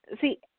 See